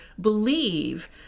believe